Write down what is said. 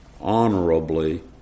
honorably